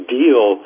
deal